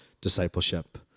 discipleship